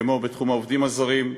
כמו בתחום העובדים הזרים,